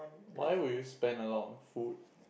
why would you spend a lot on food